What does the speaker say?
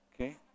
okay